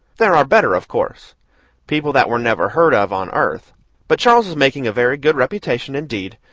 there are better, of course people that were never heard of on earth but charles is making a very good reputation indeed,